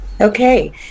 Okay